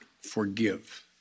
forgive